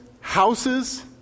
houses